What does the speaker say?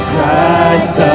Christ